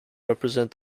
represent